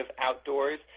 outdoors